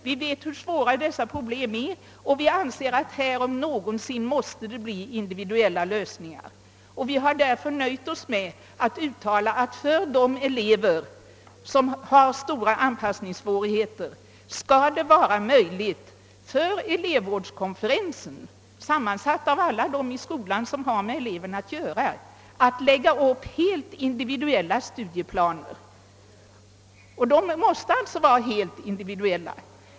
Vi vet hur svåra dessa problem är och anser att det här om någonsin måste bli fråga om individuella lösningar. Vi har därför nöjt oss med det uttalandet att det för de elever, som har stora anpassningssvårigheter, skall vara möjligt för elevvårdskonferensen, som är sammansatt av alla de personer i skolan som har att göra med eleverna, att lägga upp individuella studieplaner. Dessa måste alltså vara helt individuella.